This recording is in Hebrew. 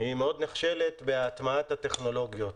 היא מאוד נחשלת בהטמעת הטכנולוגיות.